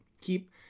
keep